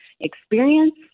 experience